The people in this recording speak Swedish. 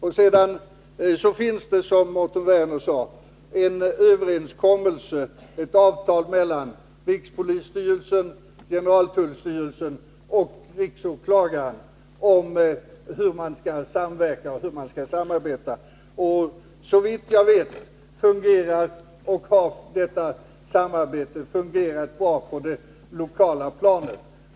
Därutöver finns det, som Mårten Werner sade, ett avtal mellan rikspolisstyrelsen, generaltullstyrelsen och riksåklagaren om hur man skall samverka och samarbeta. Såvitt jag vet har detta samarbete fungerat bra på det lokala planet.